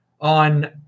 on